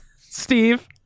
Steve